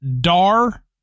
Dar